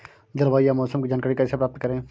जलवायु या मौसम की जानकारी कैसे प्राप्त करें?